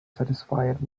satisfied